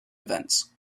events